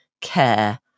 care